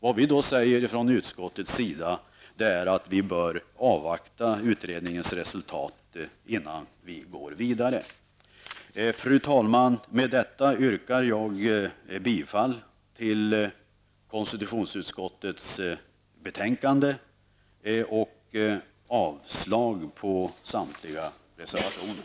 Vad som sägs från utskottets sida är att vi bör avvakta resultatet av utredningen innan vi går vidare. Fru talman! Med detta yrkar jag bifall till hemställan i konstitutionsutskottets betänkande och avslag på samtliga reservationer.